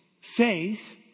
faith